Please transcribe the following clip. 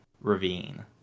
ravine